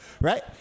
right